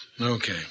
Okay